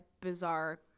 bizarre